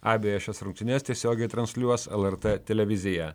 abejas šias rungtynes tiesiogiai transliuos lrt televizija